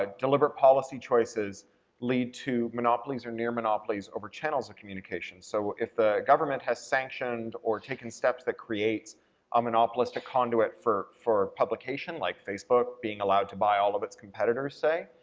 ah deliberate policy choices lead to monopolies or near-monopolies over channels of communication. so, if the government has sanctioned or taken steps that create a monopolistic conduit for for publication, like facebook being allowed to buy all of its competitors, say,